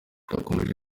yakomeje